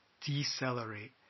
decelerate